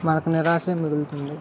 మనకు నిరాశే మిగులుతుంది